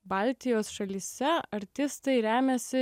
baltijos šalyse artistai remiasi